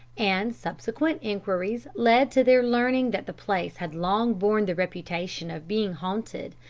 and subsequent enquiries led to their learning that the place had long borne the reputation of being haunted,